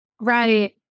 Right